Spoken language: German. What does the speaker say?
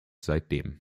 seitdem